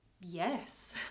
yes